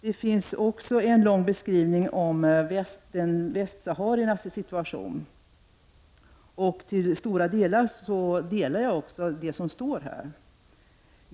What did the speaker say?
Det finns även en lång beskrivning av västsahariernas situation. I det stora hela delar jag utskottets uppfattning.